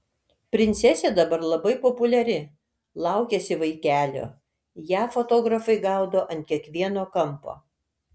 princesė dabar labai populiari laukiasi vaikelio ją fotografai gaudo ant kiekvieno kampo